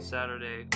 Saturday